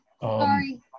Sorry